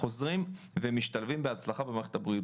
חוזרים ומשתלבים בהצלחה במערכת הבריאות